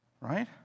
Right